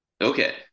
okay